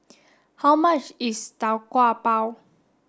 how much is Tau Kwa Pau